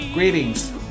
Greetings